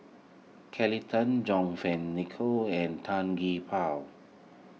Kelly Tang John Nicoll and Tan Gee Paw